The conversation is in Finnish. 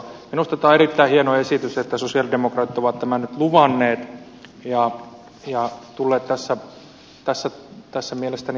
minusta tämä on erittäin hieno esitys että sosialidemokraatit ovat tämän nyt luvanneet ja tulleet tässä mielestäni järkiinsä